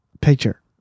picture